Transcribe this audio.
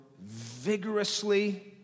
vigorously